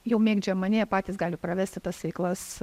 jau mėgdžioja mane jie patys gali pravesti tas veiklas